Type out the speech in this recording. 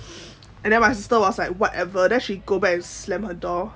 and then my sister was like whatever then she go back slam the door